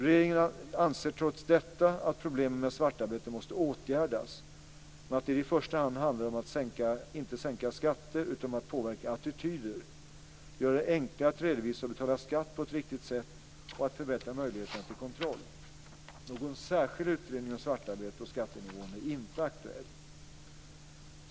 Regeringen anser trots detta att problemen med svartarbete måste åtgärdas men att det inte i första hand handlar om att sänka skatter utan om att påverka attityder, göra det enklare att redovisa och betala skatt på ett riktigt sätt och att förbättra möjligheterna till kontroll. Någon särskild utredning om svartarbetet och skattenivån är inte aktuell.